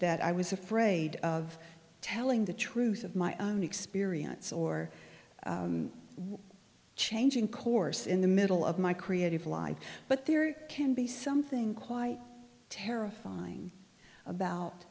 that i was afraid of telling the truth of my own experience or changing course in the middle of my creative life but there can be something quite terrifying about